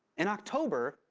in october,